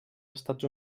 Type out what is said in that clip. estats